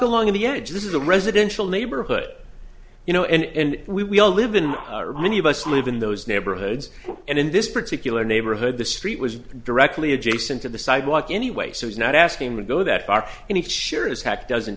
along the edge this is a residential neighborhood you know and we all live in or many of us live in those neighborhoods and in this particular neighborhood the street was directly adjacent to the sidewalk anyway so he's not asking me to go that far and it sure as heck doesn't